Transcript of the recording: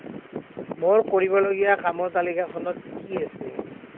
মোৰ কৰিবলগীয়া কামৰ তালিকাখনত কি আছে